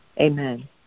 Amen